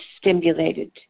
stimulated